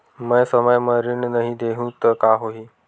मैं समय म ऋण नहीं देहु त का होही